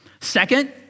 Second